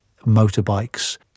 motorbikes